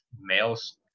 males